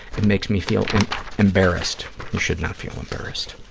it makes me feel embarrassed. you should not feel embarrassed.